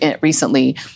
recently